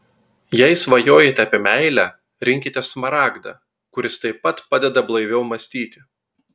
jei svajojate apie meilę rinkitės smaragdą kuris taip pat padeda blaiviau mąstyti